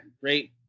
great